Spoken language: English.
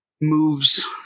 Moves